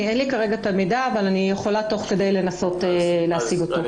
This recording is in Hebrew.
אין לי כרגע את המידע אבל אני יכולה תוך כדי לנסות להשיג אותו.